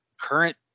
current